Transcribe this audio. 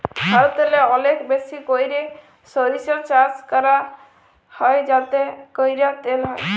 ভারতেল্লে অলেক বেশি ক্যইরে সইরসা চাষ হ্যয় যাতে ক্যইরে তেল হ্যয়